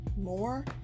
more